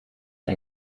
ein